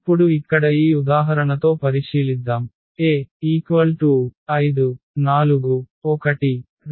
ఇప్పుడు ఇక్కడ ఈ ఉదాహరణతో పరిశీలిద్దాం A 5 4 1 2